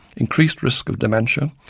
increased risk of dementia,